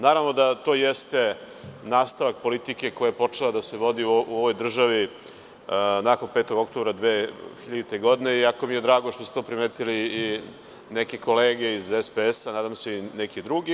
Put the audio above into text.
Naravno, da to jeste nastavak politike koja je počela da se vodi u ovoj državi nakon 5. oktobra 2000. godine i jako mi je drago što ste to primetile neke kolege iz SPS, nadam se i neki drugi.